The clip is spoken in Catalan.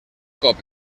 cop